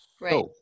right